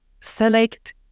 select